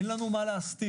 אין לנו מה להסתיר.